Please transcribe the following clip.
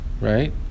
right